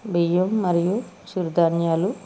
బియ్యం మరియు చిరుధాన్యాలు